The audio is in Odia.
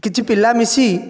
କିଛି ପିଲା ମିଶି